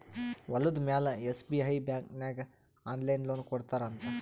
ಹೊಲುದ ಮ್ಯಾಲ SBI bank ನಾಗ್ ಆನ್ಲೈನ್ ಲೋನ್ ಕೊಡ್ತಾರ್ ಅಂತ್